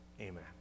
amen